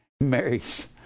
Mary's